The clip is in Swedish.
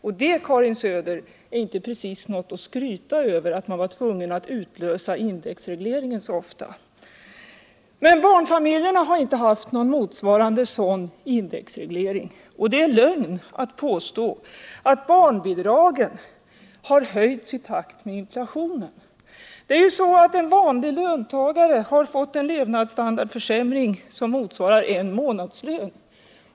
Det är, Karin Söder, inte precis något att skryta över att man varit tvungen att utlösa indexregleringen så ofta. Barnfamiljerna har inte haft någon motsvarande indexreglering, och det är lögn att påstå att barnbidragen har höjts i takt med inflationen. En vanlig löntagare har fått en levnadsstandardförsämring som motsvarar en månadslön.